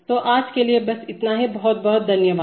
तो आज के लिए बस इतना ही बहुत बहुत धन्यवाद